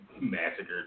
massacred